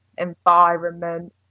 environment